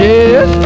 Yes